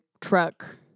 truck